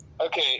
okay